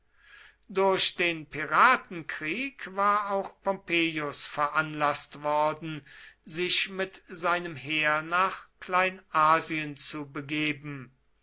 durch den piratenkrieg war auch pompeius veranlaßt worden sich mit seinem heer nach kleinasien zu begeben